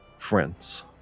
friends